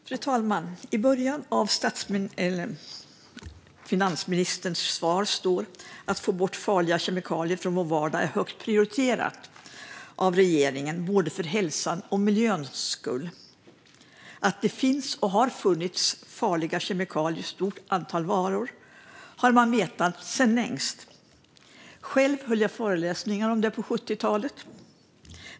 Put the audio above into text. Fru talman! I början av sitt svar säger finansministern: "Att få bort farliga kemikalier från vår vardag är högt prioriterat av regeringen, både för hälsans och för miljöns skull." Att det finns och har funnits farliga kemikalier i ett stort antal varor har man vetat sedan länge. Själv höll jag föreläsningar om detta på 70-talet.